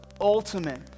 ultimate